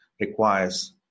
requires